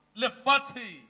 lefati